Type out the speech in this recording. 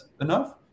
enough